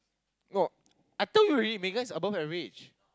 oh I told you already Megan is above average